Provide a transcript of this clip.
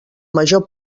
major